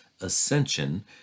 ascension